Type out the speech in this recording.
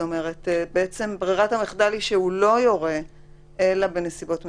בעצם ברירת המחדל היא שהוא לא יורה על בידוד אלא בנסיבות מיוחדות.